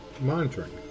Monitoring